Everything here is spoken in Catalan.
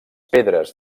pedres